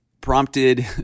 prompted